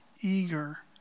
eager